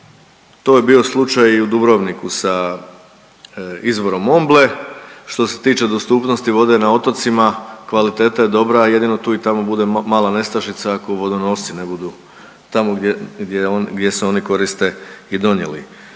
To je bio slučaj i u Dubrovniku sa izvorom Omble. Što se tiče dostupnosti vode na otocima kvaliteta je dobra, jedino tu i tamo bude mala nestašica ako vodonosine budu tamo gdje, gdje, gdje se oni koriste i donijeli